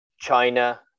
china